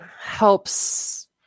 helps